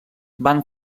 van